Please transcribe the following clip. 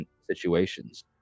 situations